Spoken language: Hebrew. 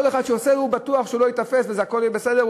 כל אחד שעושה בטוח שהוא לא ייתפס והכול יהיה בסדר.